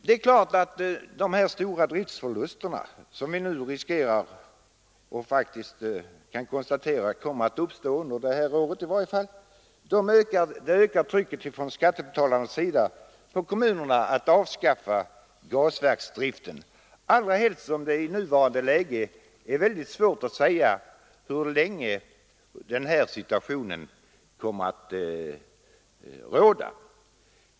Det är klart att de stora driftsförluster som vi redan nu faktiskt kan konstatera kommer att uppstå under det här året ökar trycket från skattebetalarnas sida på kommunerna att avskaffa gasverksdriften, allra helst som det i dagens läge är svårt att se hur länge den nuvarande situationen kommer att råda.